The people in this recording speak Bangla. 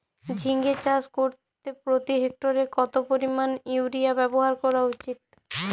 ঝিঙে চাষ করতে প্রতি হেক্টরে কত পরিমান ইউরিয়া ব্যবহার করা উচিৎ?